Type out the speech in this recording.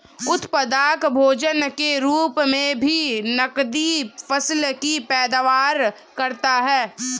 उत्पादक भोजन के रूप मे भी नकदी फसल की पैदावार करता है